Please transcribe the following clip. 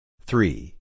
Three